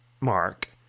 mark